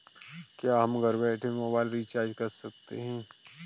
क्या हम घर बैठे मोबाइल रिचार्ज कर सकते हैं?